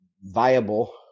viable